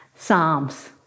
Psalms